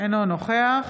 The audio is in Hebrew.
אינו נוכח